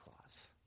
clause